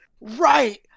right